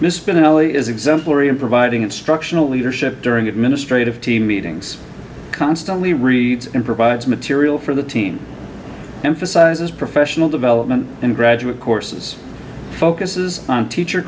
benelli is exemplary in providing instructional leadership during administrative team meetings constantly read and provides material for the teen emphasizes professional development and graduate courses focuses on teacher